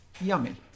yummy